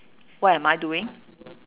what am I doing